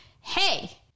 hey